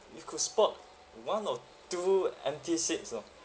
you could spot one of two empty seats lor